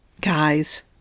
Guys